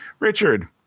Richard